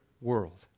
world